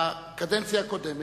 בקדנציה הקודמת,